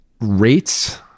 Rates